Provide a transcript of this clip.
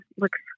looks